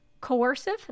coercive